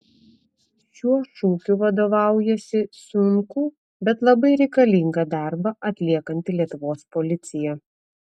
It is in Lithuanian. šiuo šūkiu vadovaujasi sunkų bet labai reikalingą darbą atliekanti lietuvos policija